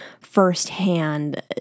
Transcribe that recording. firsthand